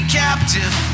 captive